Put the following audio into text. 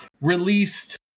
released